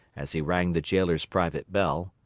as he rang the jailer's private bell.